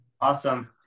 Awesome